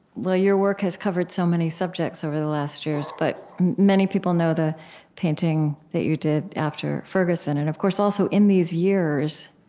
your work has covered so many subjects over the last years, but many people know the painting that you did after ferguson. and, of course, also in these years,